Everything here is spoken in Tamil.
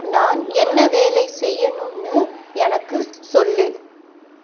நான் என்ன வேலை செய்யனும்னு எனக்கு சொல்